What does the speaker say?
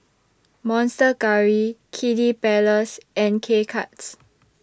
Monster Curry Kiddy Palace and K Cuts